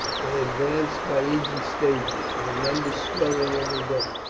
they advanced by easy stages, their numbers swelling every day,